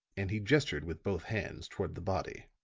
and he gestured with both hands toward the body.